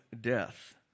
death